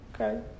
okay